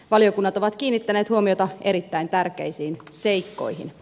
valiokunnat ovat kiinnittäneet huomiota erittäin tärkeisiin seikkoihin